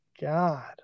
god